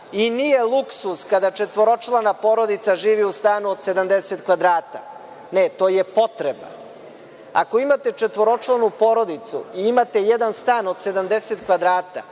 i nije luksuz kada četvoročlana porodica živi u stanu od 70m2, ne, to je potreba. Ako imate četvoročlanu porodicu i imate jedan stan od 70m2 ne treba